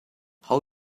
how